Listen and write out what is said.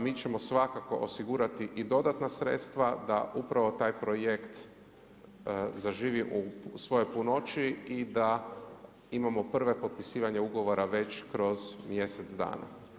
Mi ćemo svakako osigurati i dodatna sredstva da upravo taj projekt zaživi u svojoj punoći i da imamo prvo potpisivanje ugovora već kroz mjesec dana.